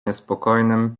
niespokojnym